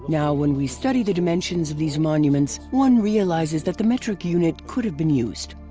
now when we study the dimensions of these monuments one realizes that the metric unit could have been used.